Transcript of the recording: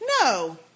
no